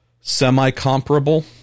semi-comparable